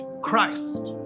Christ